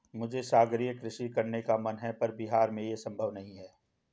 मुझे सागरीय कृषि करने का मन है पर बिहार में ये संभव नहीं है